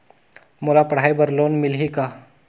मोला पढ़ाई बर लोन मिलही का?